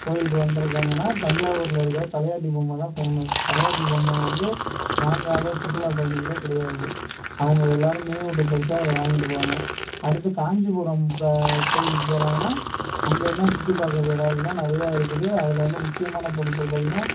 கோவிலுக்கு வந்துருக்காங்கன்னா தஞ்சாவூரில் இருக்கின்ற தலையாட்டி பொம்மை தான் ஃபேமஸ் தலையாட்டி பொம்மை வந்து வாங்காத சுற்றுலாப் பயணிகளே கிடையாது அவங்க எல்லோரும் நினைவூட்டும் பரிசாக அதை வாங்கிட்டு போவாங்க அடுத்து காஞ்சிபுரம் இப்போ கோவிலுக்கு போகிறாங்கன்னா அங்கே என்ன சுற்றிப் பார்க்கறதுக்கு இடம் இருக்குன்னா நிறையா இருக்குது அதில் வந்து முக்கியமான பொருட்கள் பார்த்தீங்கன்னா